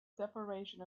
separation